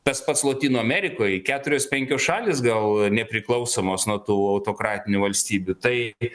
tas pats lotynų amerikoj keturios penkios šalys gal nepriklausomos nuo tų autokratinių valstybių tai